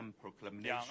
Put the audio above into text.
Proclamation